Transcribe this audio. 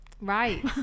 Right